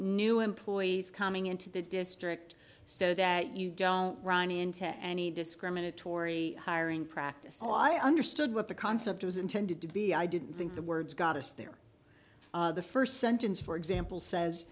new employees coming into the district so that you don't run into any discriminatory hiring practices i understood what the concept was intended to be i didn't think the words got us there the first sentence for example says